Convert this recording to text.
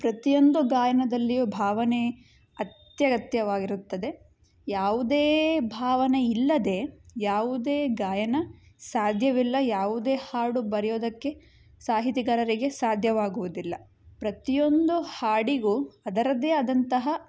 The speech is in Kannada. ಪ್ರತಿಯೊಂದು ಗಾಯನದಲ್ಲಿಯೂ ಭಾವನೆ ಅತ್ಯಗತ್ಯವಾಗಿರುತ್ತದೆ ಯಾವುದೇ ಭಾವನೆ ಇಲ್ಲದೆ ಯಾವುದೇ ಗಾಯನ ಸಾಧ್ಯವಿಲ್ಲ ಯಾವುದೇ ಹಾಡು ಬರೆಯೋದಕ್ಕೆ ಸಾಹಿತಿಗಾರರಿಗೆ ಸಾಧ್ಯವಾಗುವುದಿಲ್ಲ ಪ್ರತಿಯೊಂದು ಹಾಡಿಗೂ ಅದರದ್ದೇ ಆದಂತಹ